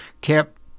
kept